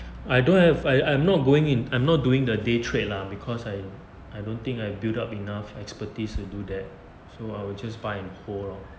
I don't have I am not going in I'm not doing the day trade lah because I I don't think I built up enough expertise to do that so I will just buy and hold lor